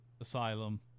Asylum